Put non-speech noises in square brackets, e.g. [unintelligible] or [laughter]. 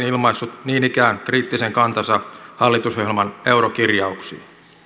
[unintelligible] ilmaissut niin ikään kriittisen kantansa hallitusohjelman eurokirjauksiin